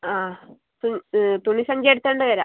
ആ തുണി സഞ്ചി എടുത്തു കൊണ്ട് വരാം